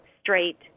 straight